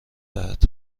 دهد